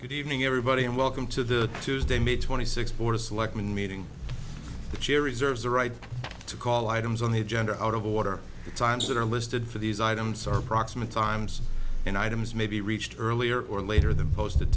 good evening everybody and welcome to the tuesday may twenty sixth border selectmen meeting the chair reserves the right to call items on the agenda out of order the times that are listed for these items are approximate times in items may be reached earlier or later in the post